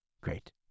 Great